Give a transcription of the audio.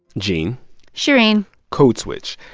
gene shereen code switch.